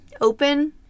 open